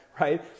right